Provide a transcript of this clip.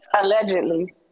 Allegedly